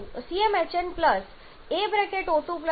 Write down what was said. CmHn a O2 3